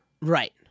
Right